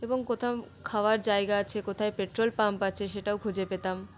এবং কোথাও খাওয়ার জায়গা আছে কোথায় পেট্রোল পাম্প আছে সেটাও খুঁজে পেতাম